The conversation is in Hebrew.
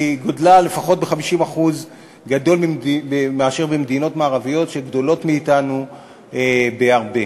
היא גדולה לפחות ב-50% מממשלות במדינות מערביות גדולות מאתנו בהרבה.